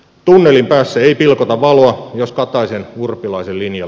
tunneli taas ei pilkota valoa jos kataisen urpilaisen linja